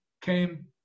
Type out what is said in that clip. came